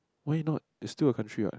why not it's still a country what